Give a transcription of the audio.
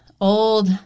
old